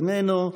איננו,